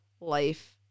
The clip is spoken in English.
life